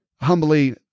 humbly